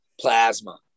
Plasma